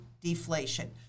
deflation